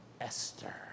Esther